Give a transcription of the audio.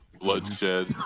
Bloodshed